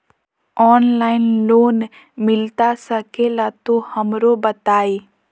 Online loan मिलता सके ला तो हमरो बताई?